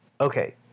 Okay